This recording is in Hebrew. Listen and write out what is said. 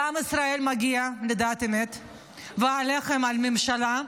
לעם ישראל מגיע לדעת את האמת ועליכם, על הממשלה,